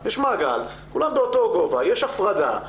כולם באותו גובה, יש הפרדה,